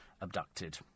abducted